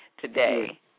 today